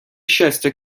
щастя